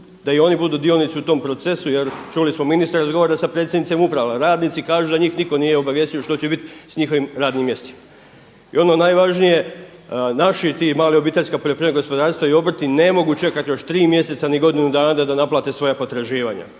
da i oni budu dionici u tom procesu jer čuli smo ministra razgovara sa predsjednicima uprava. Radnici kažu da njih nitko nije obavijestio što će biti s njihovim radnim mjestima. I ono najvažnije naši ti mali obiteljska gospodarstva i obrti ne mogu čekati još tri mjeseca i godinu dana da da naplate svoja potraživanja,